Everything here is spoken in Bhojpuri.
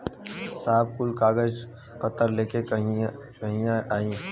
साहब कुल कागज पतर लेके कहिया आई?